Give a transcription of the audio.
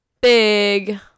big